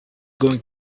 going